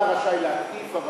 אתה רשאי להתקיף,